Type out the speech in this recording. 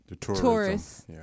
tourists